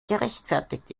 gerechtfertigt